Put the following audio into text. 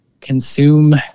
consume